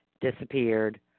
disappeared